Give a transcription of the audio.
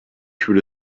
through